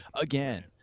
Again